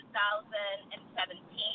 2017